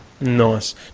Nice